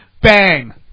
Bang